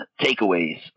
takeaways